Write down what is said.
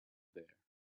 there